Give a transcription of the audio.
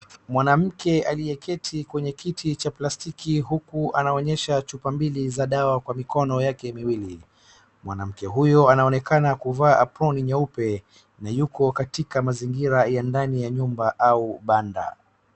Mwanamke aliyeketi kwenye kiti cha plastiki huku anaonyesha chupa mbili za dawa kwa mikono yake miwili. Mwanamke huyu anaonekana kuvaa aproni nyeupe na yuko katika mazingira ya ndani ya nyumba au banda.